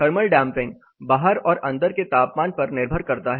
thermal damping बाहर और अंदर के तापमान पर निर्भर करता है